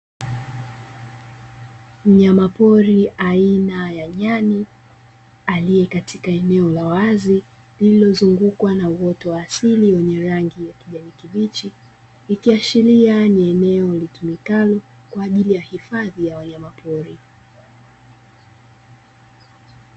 Mnyamapori aina ya nyani aliyekatika eneo la wazi lililozungukwa na uoto wa asili wenye rangi ya kijani kibichi, ikiashiria ni eneo litumikalo kwa ajili ya hifadhi ya wanyama pori.